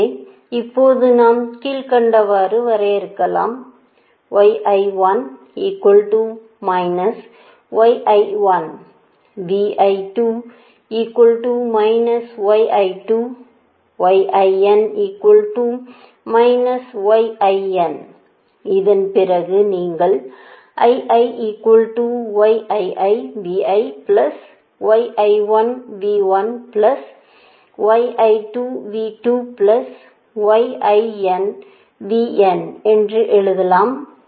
எனவே இப்போது நாம் கீழ்க்கண்டவாறு வரையறுக்கலாம் அதன் பிறகு நீங்கள் என்று எழுதலாம்